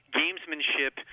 gamesmanship